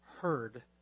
heard